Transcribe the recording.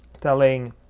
telling